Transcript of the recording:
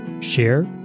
share